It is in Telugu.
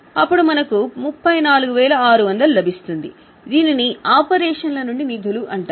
కాబట్టి మనకు 34600 లభిస్తోంది దీనిని ఆపరేషన్ల నుండి నిధులు అంటారు